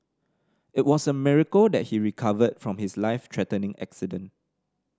it was a miracle that he recovered from his life threatening accident